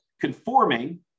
conforming